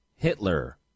Hitler